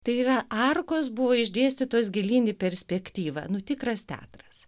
tai yra arkos buvo išdėstytos gilyn į perspektyvą nu tikras teatras